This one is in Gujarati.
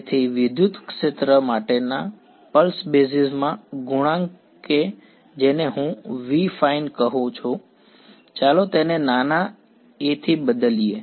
તેથી વિદ્યુત ક્ષેત્ર માટેના પલ્સ બેઝિસ માં ગુણાંક કે જેને હું v ફાઇન કહું છું ચાલો તેને નાના a થી બદલીએ